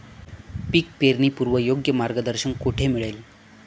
पीक पेरणीपूर्व योग्य मार्गदर्शन कुठे मिळेल?